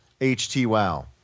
HTWOW